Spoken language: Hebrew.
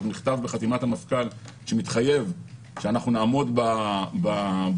מכתב בחתימת המפכ"ל שמתחייב שאנחנו נעמוד בזמן